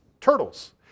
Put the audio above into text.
turtles